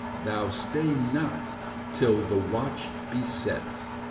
thou stay not till the watch be set,